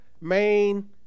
main